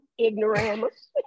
ignoramus